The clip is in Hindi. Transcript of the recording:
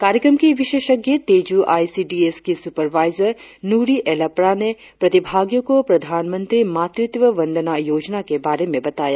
कार्यक्रम की विशेषज्ञ Teju I C D S की सुपरवाईजर नूरी एलप्रा ने प्रतिभागियों को प्रधान मंत्री मातृत्व वंदना योजना के बारे में बताया